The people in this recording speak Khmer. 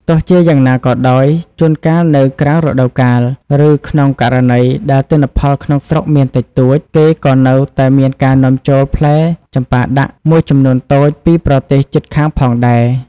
ទោះជាយ៉ាងណាក៏ដោយ ជួនកាលនៅក្រៅរដូវកាល ឬក្នុងករណីដែលទិន្នផលក្នុងស្រុកមានតិចតួច គេក៏នៅតែមានការនាំចូលផ្លែចម្ប៉ាដាក់មួយចំនួនតូចពីប្រទេសជិតខាងផងដែរ។